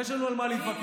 יש לנו על מה להתווכח.